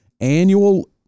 annual